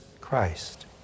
Christ